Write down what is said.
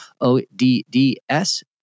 o-d-d-s